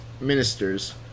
ministers